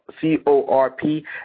C-O-R-P